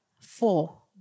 four